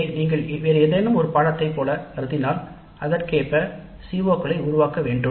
இதை நீங்கள் வேறு ஏதேனும் ஒரு பாடத்திட்டத்தை போல கருதினால் அதற்கேற்ப CO களை உருவாக்க வேண்டும்